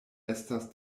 estas